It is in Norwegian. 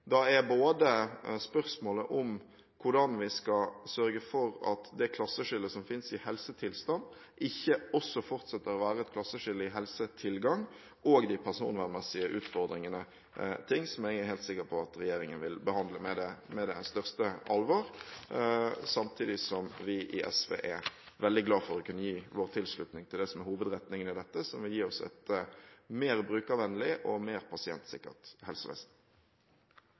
Da er spørsmålet både hvordan vi skal sørge for at det klasseskillet som fins i helsetilstand, ikke også fortsetter å være et klasseskille i helsetilgang og de personvernmessige utfordringene. Det er ting som jeg er helt sikker på at regjeringen vil behandle med det største alvor, samtidig som vi i SV er veldig glad for å kunne gi vår tilslutning til det som er hovedretningen i dette, som vil gi oss et mer brukervennlig og mer pasientsikkert helsevesen.